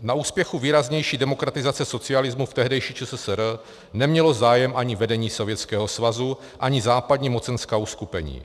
Na úspěchu výraznější demokratizace socialismu v tehdejší ČSSR nemělo zájem ani vedení Sovětského svazu, ani západní mocenská uskupení.